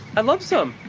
i'd love some.